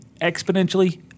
exponentially